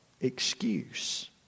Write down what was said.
excuse